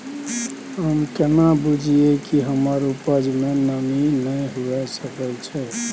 हम केना बुझीये कि हमर उपज में नमी नय हुए सके छै?